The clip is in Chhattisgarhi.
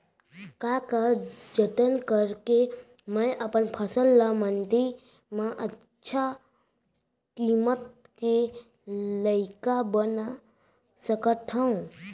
का का जतन करके मैं अपन फसल ला मण्डी मा अच्छा किम्मत के लाइक बना सकत हव?